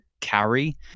carry